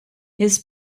his